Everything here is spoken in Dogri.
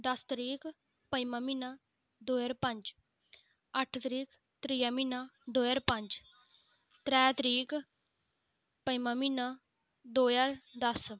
दस तरीक पंजमां म्हीना दो ज्हार पंज अट्ठ तरीक त्रीआ म्हीना दो ज्हार पंज त्रै तरीक पंजमां म्हीना दो ज्हार दस